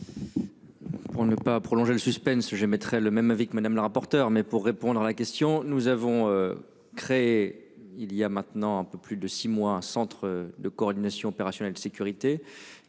Pour ne pas prolonger le suspense j'émettrai le même avis que Madame la rapporteure. Mais pour répondre à la question nous avons. Créé il y a maintenant un peu plus de six mois, un centre de coordination opérationnelle sécurité